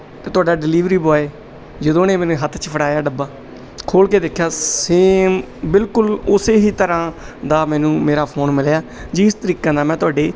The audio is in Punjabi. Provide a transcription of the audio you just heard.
ਅਤੇ ਤੁਹਾਡੀ ਡਿਲੀਵਰੀ ਬੁਆਏ ਜਦੋਂ ਉਹਨੇ ਮੈਨੂੰ ਹੱਥ 'ਚ ਫੜਾਇਆ ਡੱਬਾ ਖੋਲ੍ਹ ਕੇ ਦੇਖਿਆ ਸੇਮ ਬਿਲਕੁਲ ਉਸੇ ਹੀ ਤਰ੍ਹਾਂ ਦਾ ਮੈਨੂੰ ਮੇਰਾ ਫ਼ੋਨ ਮਿਲਿਆ ਜਿਸ ਤਰੀਕੇ ਨਾਲ ਮੈਂ ਤੁਹਾਡੇ